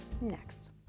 next